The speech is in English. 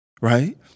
Right